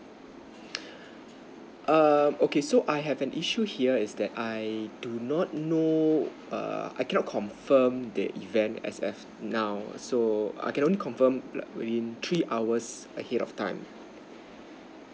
err okay so I have an issue here is that I do not know err I cannot confirm the event as of now so I can only confirm like within three hours ahead of time